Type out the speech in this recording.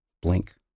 Blink